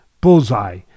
Bullseye